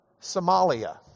Somalia